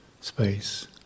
space